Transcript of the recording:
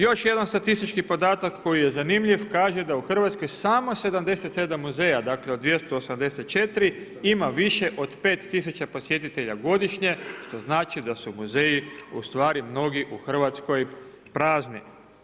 Još jedan statistički podatak koji je zanimljiv, kaže da u Hrvatskoj samo 77 muzeja od 284 ima više od 5000 posjetitelja godišnje, što znači da su muzeji mnogi u Hrvatskoj prazni.